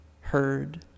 heard